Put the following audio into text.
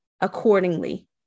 accordingly